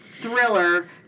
thriller